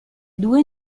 due